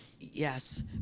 Yes